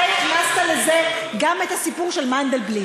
אתה הכנסת לזה גם את הסיפור של מנדלבליט.